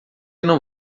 não